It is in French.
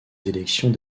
sélections